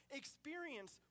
experience